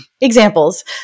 examples